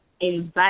invite